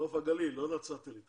נוף הגליל, לא נצרת עילית.